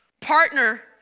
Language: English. Partner